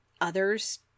Others